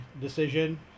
decision